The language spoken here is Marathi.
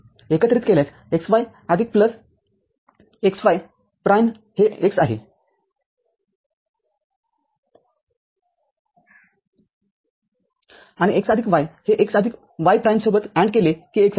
एकत्रित केल्यास xy आदिक x y प्राईमहे x आहेआणि x आदिक y हे x आदिक y प्राईम सोबत AND केले कि x आहे